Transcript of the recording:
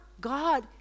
God